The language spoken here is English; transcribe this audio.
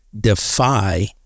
defy